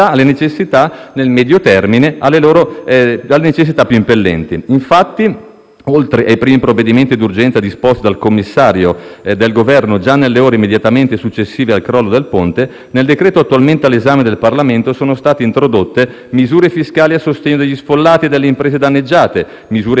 impellenti nel medio termine. *(Commenti del senatore Faraone)*. Infatti, oltre ai primi provvedimenti d'urgenza disposti dal commissario del Governo già nelle ore immediatamente successive al crollo del ponte, nel decreto-legge attualmente all'esame del Parlamento sono state introdotte misure fiscali a sostegno degli sfollati e delle imprese danneggiate, misure